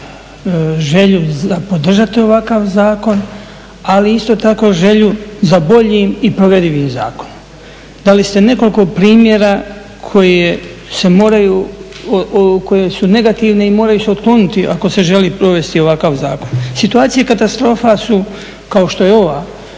želju za podržati ovakav zakon ali isto tako želju za boljim i provedivim zakonom. Dali ste nekoliko primjera koje su negativne i moraju se otkloniti ako se želi provesti ovakav zakon. Situacije katastrofa su kao što je ova